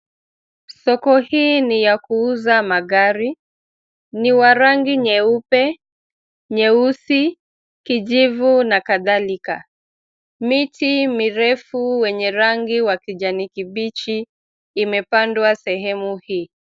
Soko hii ni ya kuuza magari, ni wa rangi nyeupe, nyeusi, kijivu na kadhalika. Miti mirefu wenye rangi wa kijani kibichi imepandwa sehemu hii.